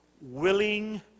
willing